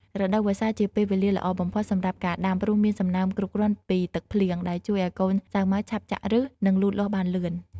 រដូវវស្សា ជាពេលវេលាល្អបំផុតសម្រាប់ការដាំ ព្រោះមានសំណើមគ្រប់គ្រាន់ពីទឹកភ្លៀង ដែលជួយឲ្យកូនសាវម៉ាវឆាប់ចាក់ឫស និងលូតលាស់បានលឿន។